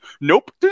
nope